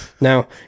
Now